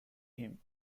him